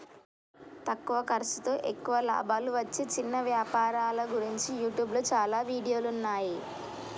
తక్కువ ఖర్సుతో ఎక్కువ లాభాలు వచ్చే చిన్న వ్యాపారాల గురించి యూట్యూబ్లో చాలా వీడియోలున్నయ్యి